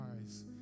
eyes